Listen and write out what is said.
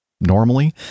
normally